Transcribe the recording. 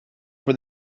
for